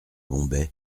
bombay